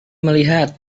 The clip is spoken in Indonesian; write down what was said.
melihat